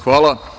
Hvala.